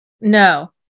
No